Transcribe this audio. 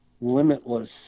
limitless